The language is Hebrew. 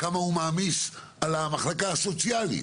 כמה הוא מעמיס על המחלקה הסוציאלית,